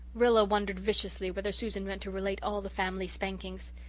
rilla wondered viciously whether susan meant to relate all the family spankings.